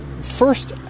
first